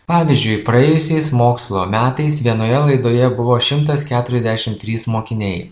pavyzdžiui praėjusiais mokslo metais vienoje laidoje buvo šimtas keturiasdešim trys mokiniai